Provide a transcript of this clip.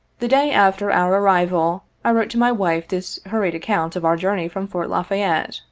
the day after our arrival, i wrote to my wife this hur ried account of our journey from fort la fayette.